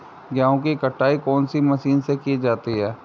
गेहूँ की कटाई कौनसी मशीन से की जाती है?